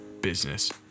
business